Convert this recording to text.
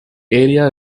area